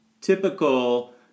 typical